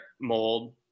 mold